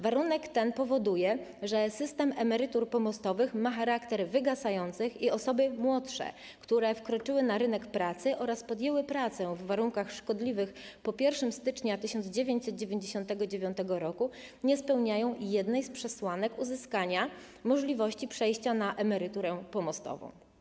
Warunek ten powoduje, że system emerytur pomostowych ma charakter wygasający i osoby młodsze, które wkroczyły na rynek pracy oraz podjęły pracę w warunkach szkodliwych po 1 stycznia 1999 r., nie spełniają jednej z przesłanek uzyskania możliwości przejścia na emeryturę pomostową.